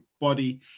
body